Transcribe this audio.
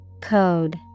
Code